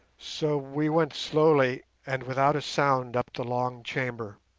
so we went slowly and without a sound up the long chamber.